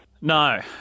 No